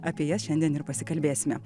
apie jas šiandien ir pasikalbėsime